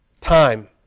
time